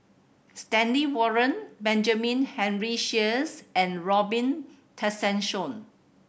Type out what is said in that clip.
Stanley Warren Benjamin Henry Sheares and Robin Tessensohn